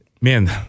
man